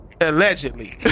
allegedly